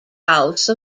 house